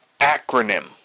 acronym